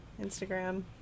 Instagram